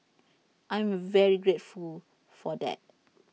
I'm very grateful for that